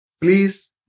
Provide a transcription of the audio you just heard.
Please